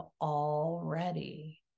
already